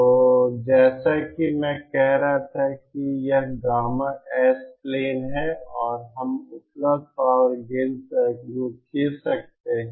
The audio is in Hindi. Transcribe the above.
तो जैसा कि मैं कह रहा था कि यह गामा S प्लेन है और हम उपलब्ध पावर गेन सर्कल को खींच सकते हैं